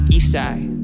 Eastside